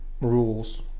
rules